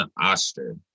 Oster